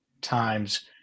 times